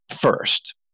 first